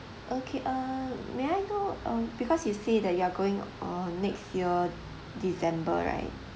okay uh may I know um because you say that you are going uh next year december right